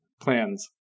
plans